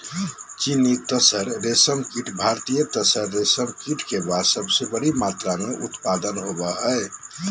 चीनी तसर रेशमकीट भारतीय तसर रेशमकीट के बाद सबसे बड़ी मात्रा मे उत्पादन होबो हइ